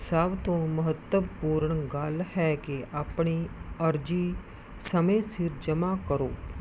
ਸਭ ਤੋਂ ਮਹੱਤਵਪੂਰਨ ਗੱਲ ਹੈ ਕਿ ਆਪਣੀ ਅਰਜ਼ੀ ਸਮੇਂ ਸਿਰ ਜਮ੍ਹਾਂ ਕਰੋ